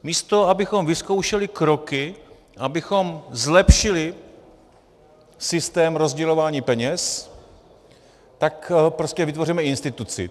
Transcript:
Místo abychom vyzkoušeli kroky, abychom zlepšili systém rozdělování peněz, tak prostě vytvoříme instituci.